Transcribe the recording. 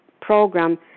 program